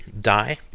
die